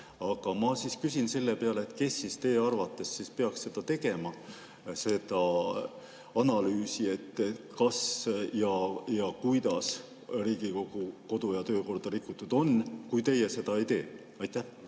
Aga ma siis küsin selle peale, kes siis teie arvates peaks tegema seda analüüsi, kas ja kuidas Riigikogu kodu- ja töökorda rikutud on, kui teie seda ei tee. Aitäh!